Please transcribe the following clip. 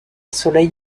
soleil